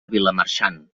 vilamarxant